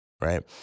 right